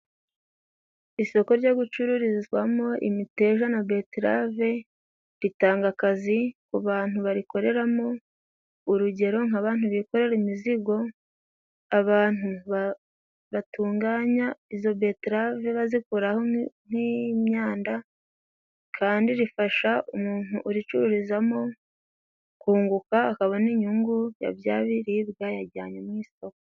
Isoko ryo gucururizwamo imiteja na beterave, ritanga akazi ku bantu barikoreramo urugero nk'abantu bikorera imizigo, abantu batunganya izo beterave bazikuraho nk'imyanda, kandi rifasha umuntu uricururizamo kunguka akabona inyungu ya bya biribwa yajyanye mu isoko.